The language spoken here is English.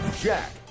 Jack